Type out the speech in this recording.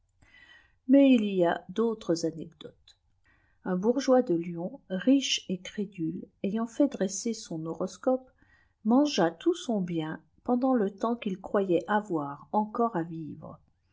moi il y a d'autres anecdotes un bourgeois de lyon riche et ciiédule ayant mt dreser son horoscope mangea tout son bien pendant le temps qu'il croyait avoir encore à vivre